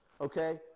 Okay